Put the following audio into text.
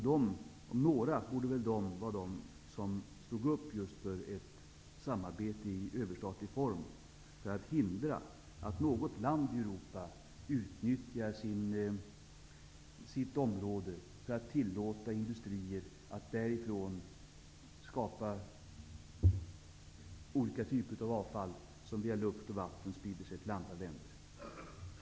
De om några borde väl stå upp för ett samarbete i överstatlig form för att hindra att något land i Europa utnyttjar sitt område för att tillåta industrier att skapa olika typer av avfall som via luft och vatten sprider sig till andra länder.